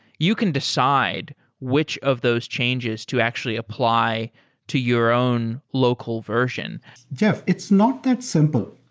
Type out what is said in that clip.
you can decide which of those changes to actually apply to your own local version jeff, it's not that simple,